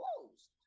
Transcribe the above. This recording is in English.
closed